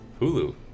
Hulu